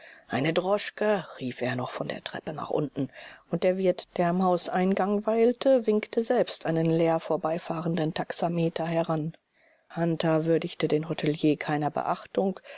eine droschke rief er noch von der treppe nach unten und der wirt der am hauseingang weilte winkte selbst einen leer vorbeifahrenden taxameter heran hunter würdigte den hotelier keiner beachtung